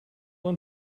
one